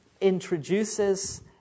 introduces